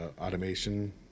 automation